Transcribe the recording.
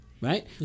right